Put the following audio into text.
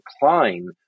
decline